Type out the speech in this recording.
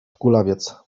kulawiec